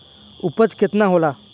उपज केतना होला?